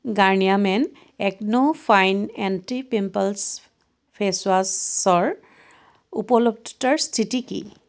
Garnier men acno fine anti pimples ফেচৱাছৰ উপলব্ধতাৰ স্থিতি কি